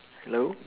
hello